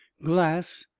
glass,